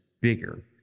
bigger